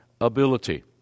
ability